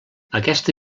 aquesta